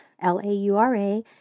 L-A-U-R-A